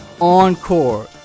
encore